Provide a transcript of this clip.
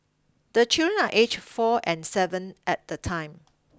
the children are aged four and seven at the time